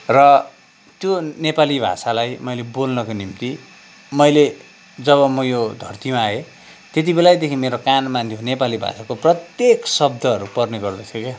र त्यो नेपाली भाषालाई मैले बोल्नको निम्ति मैले जब म यो धरतीमा आएँ त्यति बेलैदेखि मेरो कानमा यो नेपाली भाषाका प्रत्येक शब्दहरू पर्ने गर्दथे क्या